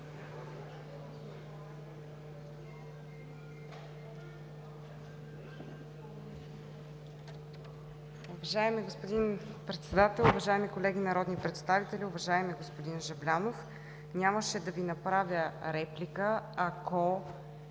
Уважаеми господин Председател, уважаеми колеги народни представители! Уважаеми господин Жаблянов, нямаше да Ви направя реплика, ако